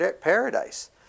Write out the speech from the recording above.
paradise